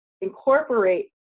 incorporate